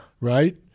right